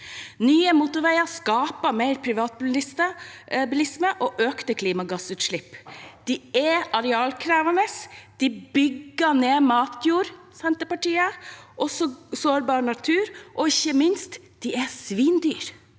Nye motorveier skaper mer privatbilisme og økte klimagassutslipp. De er arealkrevende, de bygger ned matjord – Senterpartiet er vel enig i det – og sårbar natur, og ikke minst er de svindyre.